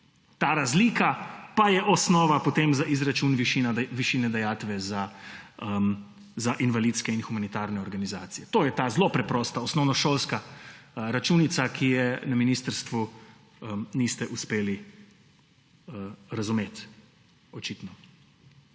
Ta razlika pa je osnova potem za izračun višine dajatve za invalidske in humanitarne organizacije. To je ta zelo preprosta osnovnošolska računica, ki je na ministrstvu niste uspeli razumeti, očitno.